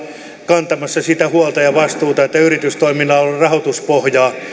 kantamassa sitä huolta ja vastuuta että yritystoiminnalla on rahoituspohjaa